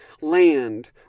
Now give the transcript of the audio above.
land